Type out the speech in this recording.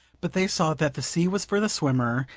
but they saw that the sea was for the swimmer,